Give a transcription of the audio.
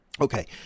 Okay